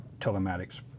telematics